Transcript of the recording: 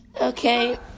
Okay